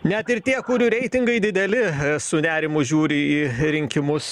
net ir tie kurių reitingai dideli su nerimu žiūri į rinkimus